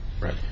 Right